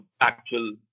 actual